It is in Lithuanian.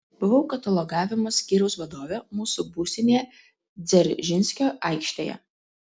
buvau katalogavimo skyriaus vadovė mūsų būstinėje dzeržinskio aikštėje